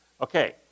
Okay